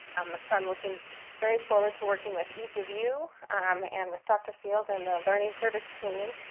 um so i'm looking very forward to working with each of you um and with dr. field and the learning service team.